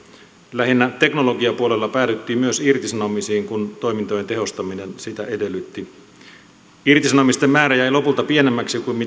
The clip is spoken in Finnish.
lähinnä teknologiapuolella päädyttiin myös irtisanomisiin kun toimintojen tehostaminen sitä edellytti irtisanomisten määrä jäi lopulta pienemmäksi kuin